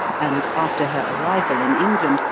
and, after her arrival in england,